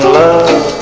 love